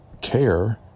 care